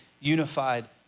unified